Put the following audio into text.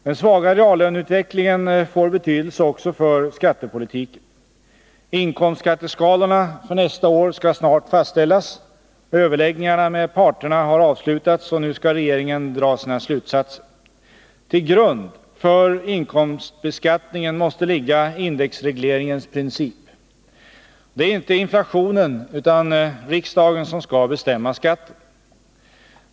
Den svaga reallöneutvecklingen får betydelse också för skattepolitiken. Inkomstskatteskalorna för nästa år skall snart fastställas. Överläggningarna med parterna har avslutats, och nu skall regeringen dra sina slutsatser. Till grund för inkomstbeskattningen måste ligga indexregleringens princip. Det är inte inflationen utan riksdagen som skall bestämma skatten.